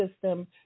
system